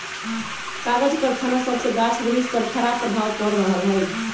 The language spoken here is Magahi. कागज करखना सभसे गाछ वृक्ष पर खराप प्रभाव पड़ रहल हइ